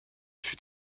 fut